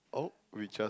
oh we just